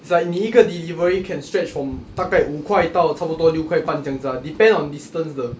it's like 你一个 delivery can stretch from 大概五块到差不多六块半这样子 ah depend on distance 的